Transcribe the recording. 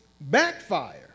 backfire